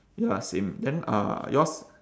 ya same then uh yours